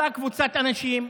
באותה קבוצת אנשים,